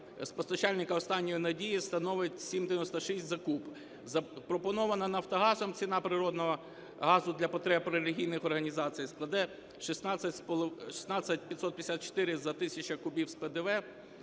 постачальника "останньої надії" становить 7,96 за куб, запропонована "Нафтогазом" ціна природного газу для потреб релігійних організацій складе 16 554 за тисячу кубів з ПДВ.